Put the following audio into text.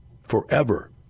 forever